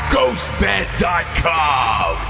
GhostBed.com